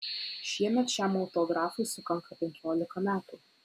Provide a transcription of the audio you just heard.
šiemet šiam autografui sukanka penkiolika metų